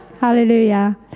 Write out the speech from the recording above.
Hallelujah